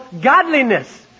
godliness